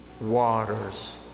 waters